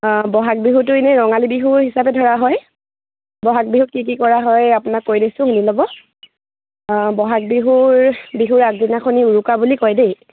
বহাগ বিহুটো এনেই ৰঙালী বিহু হিচাপে ধৰা হয় বহাগ বিহুত কি কি কৰা হয় আপোনাক কৈ দিছোঁ শুনি ল'ব বহাগ বিহুৰ বিহুৰ আগদিনাখনি উৰুকা বুলি কয় দেই